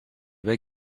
were